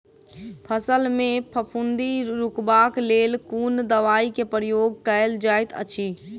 फसल मे फफूंदी रुकबाक लेल कुन दवाई केँ प्रयोग कैल जाइत अछि?